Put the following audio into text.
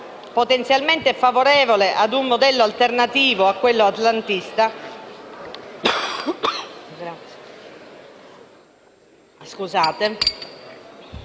potenzialmente è favorevole a un modello alternativo a quello atlantista,